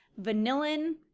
vanillin